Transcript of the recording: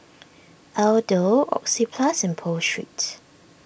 Aldo Oxyplus and Pho Street